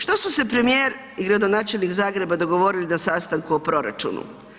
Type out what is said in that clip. Što su se premijer i gradonačelnik Zagreba dogovorili na sastanku o proračunu?